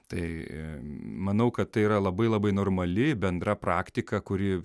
tai manau kad tai yra labai labai normali bendra praktika kuri